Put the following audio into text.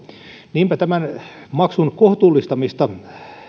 niinpä tämän maksun kohtuullistamista